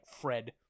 Fred